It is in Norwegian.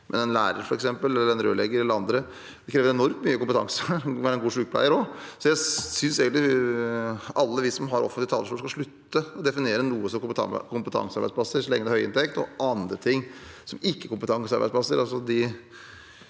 eller en rørlegger eller andre – det krever enormt mye kompetanse å være en god sykepleier også. Så jeg synes egentlig at alle vi som har en offentlig talerstol, skal slutte å definere noe som kompetansearbeidsplasser så lenge det er høy inntekt, og andre ting som ikke-kompetansearbeidsplasser.